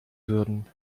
würden